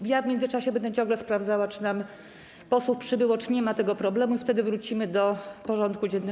W międzyczasie będę ciągle sprawdzała, czy nam posłów przybyło, czy nie ma tego problemu, i wtedy wrócimy do porządku dziennego.